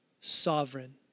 sovereign